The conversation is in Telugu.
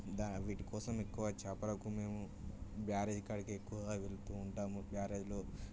దా వీటి కోసం ఎక్కువ చేపలకు మేము బ్యారేజీ కాడికి ఎక్కువగా వెళ్తూ ఉంటాము బ్యారేజ్లో